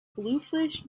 bluefish